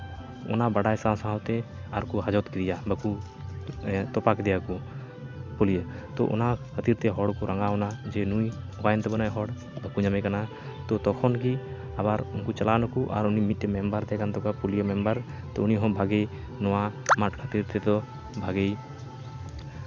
ᱚᱱᱟ ᱵᱟᱰᱟᱭ ᱥᱟᱶᱼᱥᱟᱶᱛᱮ ᱟᱨᱠᱚ ᱦᱟᱡᱚᱛ ᱠᱮᱫᱮᱭᱟ ᱵᱟᱠᱚ ᱛᱚᱯᱟ ᱠᱮᱫᱮᱭᱟᱠᱚ ᱯᱩᱞᱭᱟᱹ ᱛᱚ ᱚᱱᱟ ᱠᱷᱟᱹᱛᱤᱨ ᱛᱮ ᱦᱚᱲ ᱠᱚ ᱨᱟᱸᱜᱟᱣᱱᱟ ᱡᱮ ᱱᱩᱭ ᱚᱠᱟᱭᱮᱱ ᱛᱟᱵᱚᱱᱟᱭ ᱦᱚᱲ ᱵᱟᱠᱚ ᱧᱟᱢᱮ ᱠᱟᱱᱟ ᱛᱚᱠᱷᱚᱱ ᱜᱮ ᱩᱱᱠᱩ ᱪᱟᱞᱟᱣ ᱱᱟᱠᱚ ᱟᱨ ᱩᱱᱤ ᱢᱤᱫᱴᱮᱱ ᱢᱮᱢᱵᱟᱨ ᱛᱟᱦᱮᱸᱠᱟᱱ ᱛᱟᱠᱚᱣᱟᱭ ᱯᱩᱞᱭᱟᱹᱢᱮᱢᱵᱟᱨ ᱛᱚ ᱩᱱᱤ ᱦᱚᱸ ᱵᱷᱟᱜᱮ ᱱᱚᱣᱟ ᱢᱟᱴᱷ ᱠᱷᱟᱹᱛᱤᱨ ᱛᱮᱫᱚ ᱵᱷᱟᱜᱮᱭ